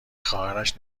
خواهرش